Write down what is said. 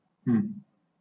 um